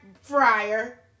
fryer